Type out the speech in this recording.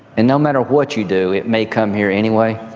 and no matter what you do it may come here anyway.